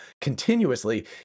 continuously